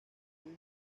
muy